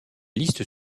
liste